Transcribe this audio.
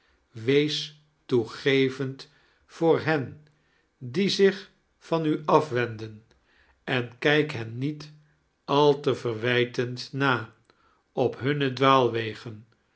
wees toegevetid voor hen die zich van u afwenden en kijk hen niet al te verwijtend na op hunne dwaalwegen